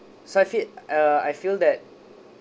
so I fit uh I feel that